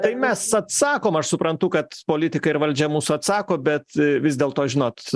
tai mes atsakom aš suprantu kad politika ir valdžia mus atsako bet vis dėl to žinot